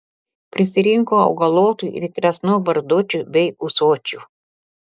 prisirinko augalotų ir kresnų barzdočių bei ūsočių